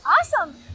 Awesome